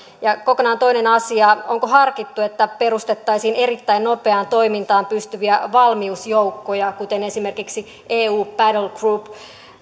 ja kokonaan toinen asia onko harkittu että perustettaisiin erittäin nopeaan toimintaan pystyviä valmiusjoukkoja kuten esimerkiksi eu battlegroup